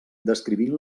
descrivint